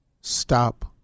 Stop